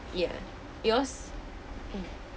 ya yours mm